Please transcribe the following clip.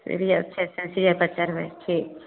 सीढ़ियेपर चढ़ि चढ़ि सीढ़ियेपर चढ़बय ठीक छै